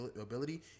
ability